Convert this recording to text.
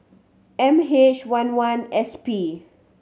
M H one one S P